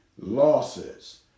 losses